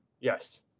Yes